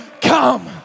come